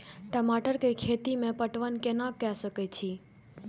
टमाटर कै खैती में पटवन कैना क सके छी?